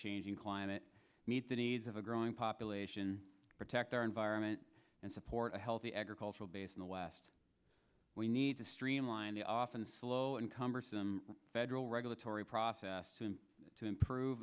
changing climate meet the needs of a growing population protect our environment and support a healthy agricultural base in the west we need to streamline the often slow and cumbersome federal regulatory process to improve